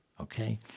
okay